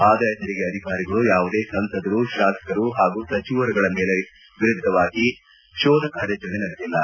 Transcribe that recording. ಆದಾಯ ತೆರಿಗೆ ಅಧಿಕಾರಿಗಳು ಯಾವುದೇ ಸಂಸದರು ತಾಸಕರು ಹಾಗೂ ಸಚಿವರುಗಳ ವಿರುದ್ದ ಇದುವರೆಗೆ ಶೋಧ ಕಾರ್ಯಾಚರಣೆ ನಡೆಸಿಲ್ಲ